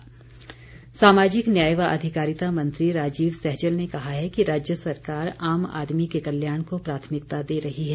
सहजल सामाजिक न्याय व अधिकारिता मंत्री राजीव सहजल ने कहा है कि राज्य सरकार आम आदमी के कल्याण को प्राथमिकता दे रही है